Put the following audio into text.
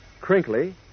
crinkly